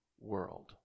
world